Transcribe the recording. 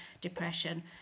depression